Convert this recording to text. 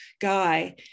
Guy